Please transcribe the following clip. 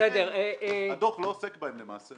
למעשה הדוח לא עוסק בהם.